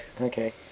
Okay